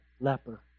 leper